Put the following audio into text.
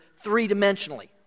three-dimensionally